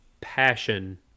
passion